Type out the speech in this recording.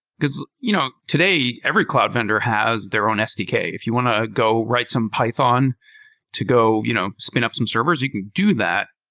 because you know today every cloud vendor has their own sdk. if you want to go write some python to go you know spin up some servers, you can do that,